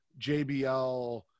JBL